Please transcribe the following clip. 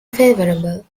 favorable